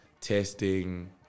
testing